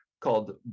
called